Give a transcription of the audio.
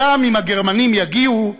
גם אם הגרמנים יגיעו,